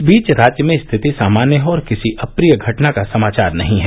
इस बीच राज्य में स्थिति सामान्य है और किसी अप्रिय घटना का समाचार नहीं है